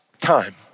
time